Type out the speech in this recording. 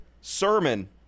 sermon